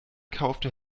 kaufte